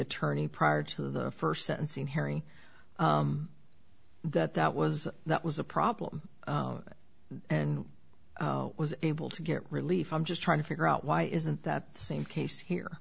attorney prior to the first sentencing hearing that that was that was a problem and was able to get relief i'm just trying to figure out why isn't that same case here